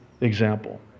Example